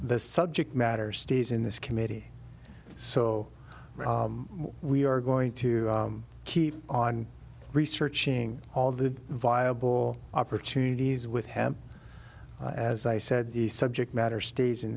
this subject matter stays in this committee so we are going to keep on researching all the viable opportunities with him as i said the subject matter stays in